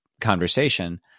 conversation